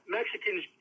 Mexicans